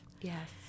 Yes